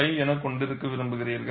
5 என கொண்டிருக்க விரும்புகிறீர்கள்